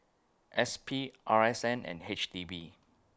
S P R S N and H D B